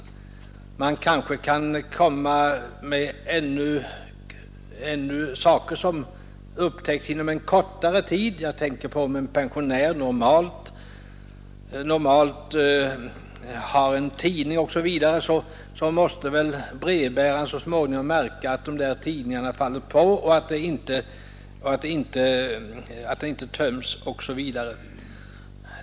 Det kanske finns möjligheter att inom kortare tid upptäcka vad som hänt. Jag tänker på att om en pensionär normalt har t.ex. en tidning, så måste brevbäraren så småningom märka att brevlådan inte töms osv.